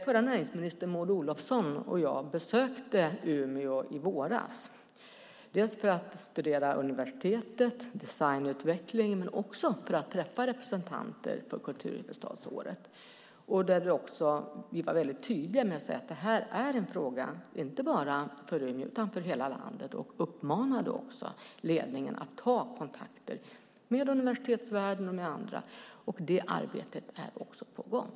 Förra näringsministern Maud Olofsson och jag besökte Umeå i våras, dels för att studera universitetet och designutvecklingen, dels för att träffa representanter för kulturhuvudstadsåret. Vi var väldigt tydliga med att detta är en fråga inte bara för Umeå utan för hela landet, och vi uppmanade ledningen att ta kontakter med universitetsvärlden och andra. Det arbetet är på gång.